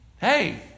hey